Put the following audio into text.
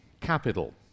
capital